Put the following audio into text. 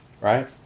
right